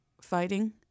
fighting